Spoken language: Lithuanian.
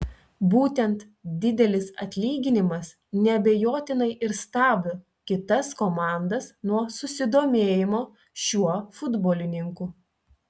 būtent didelis atlyginimas neabejotinai ir stabdo kitas komandas nuo susidomėjimo šiuo futbolininku